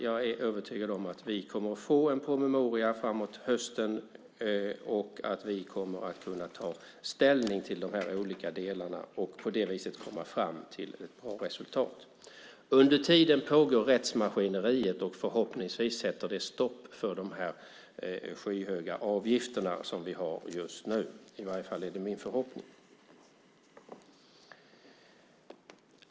Jag är övertygad om att vi kommer att få en promemoria framåt hösten och att vi då kommer att kunna ta ställning till de olika delarna och på det viset komma fram till ett bra resultat. Under tiden pågår rättsmaskineriet, och förhoppningsvis sätter det stopp för de skyhöga avgifter som vi har just nu. I varje fall är det min förhoppning.